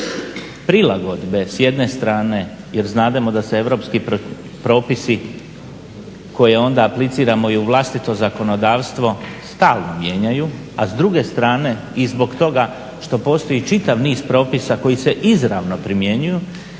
prilagodbe s jedne strane jer znademo da se europski propisi koje onda apliciramo i u vlastito zakonodavstvo stalno mijenjaju, a s druge strane i zbog toga što postoji čitav niz propisa koji se izravno primjenjuju